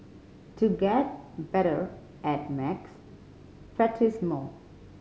to get better at max practise more